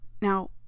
Now